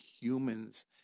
humans